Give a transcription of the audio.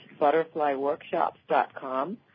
butterflyworkshops.com